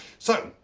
so,